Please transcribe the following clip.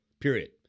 period